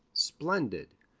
splendid.